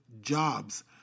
jobs